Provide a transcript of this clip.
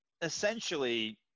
essentially